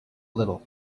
little